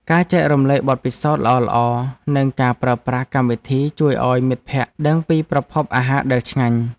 ការចែករំលែកបទពិសោធន៍ល្អៗនៃការប្រើប្រាស់កម្មវិធីជួយឱ្យមិត្តភក្តិដឹងពីប្រភពអាហារដែលឆ្ងាញ់។